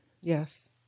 Yes